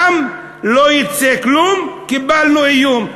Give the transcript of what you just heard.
גם לא יצא כלום, קיבלנו איום.